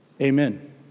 Amen